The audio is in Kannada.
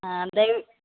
ಹಾಂ ಅಂದೇವಿ